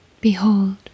Behold